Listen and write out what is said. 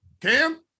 Cam